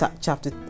chapter